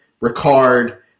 Ricard